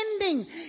ending